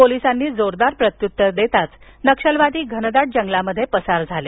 पोलिसांनी जोरदार प्रत्युत्तर देताच नक्षलवादी घनदाट जंगलात पसार झाले